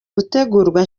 gutegurwa